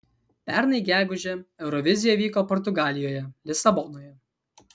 pernai gegužę eurovizija vyko portugalijoje lisabonoje